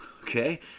okay